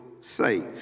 safe